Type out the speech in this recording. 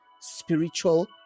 Spiritual